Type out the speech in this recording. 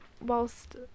whilst